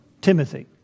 Timothy